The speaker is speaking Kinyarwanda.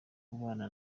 kubana